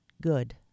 good